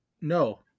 No